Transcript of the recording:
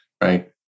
Right